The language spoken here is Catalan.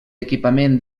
equipament